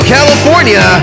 California